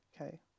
Okay